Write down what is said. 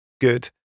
good